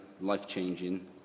life-changing